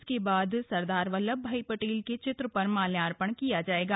इसके बाद सरदार बल्लभ भाई पटेल के चित्र पर माल्यार्पण किया जाएगा